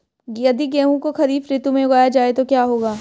यदि गेहूँ को खरीफ ऋतु में उगाया जाए तो क्या होगा?